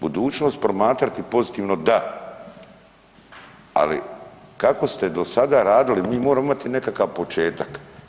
Budućnost promatrati pozitivno da, ali kako ste do sada radili mi moramo imati nekakav početak.